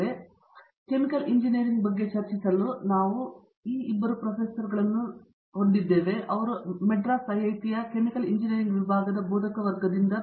ಆದ್ದರಿಂದ chemical engineering ಬಗ್ಗೆ ಚರ್ಚಿಸಲು ನಾವು ಈ ಬೆಳಿಗ್ಗೆ ನಮ್ಮನ್ನು ಸೇರಿಕೊಂಡಿದ್ದ ಮದ್ರಾಸ್ ಐಐಟಿಯಲ್ಲಿ ಕೆಮಿಕಲ್ ಇಂಜಿನಿಯರಿಂಗ್ ವಿಭಾಗದಿಂದ 2 ಬೋಧಕವರ್ಗವನ್ನು ಹೊಂದಿದ್ದೇವೆ